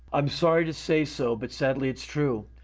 i'm sorry to say so but, sadly, it's true,